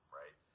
right